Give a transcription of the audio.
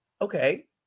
Okay